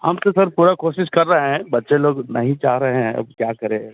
हम तो सर पूरा कोशिश कर रहे हैं बच्चे लोग नहीं चाह रहे हैं अब क्या करें